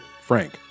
Frank